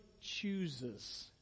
chooses